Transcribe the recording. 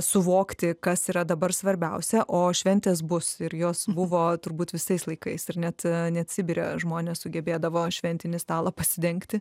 suvokti kas yra dabar svarbiausia o šventės bus ir jos buvo turbūt visais laikais ir net net sibire žmonės sugebėdavo šventinį stalą pasidengti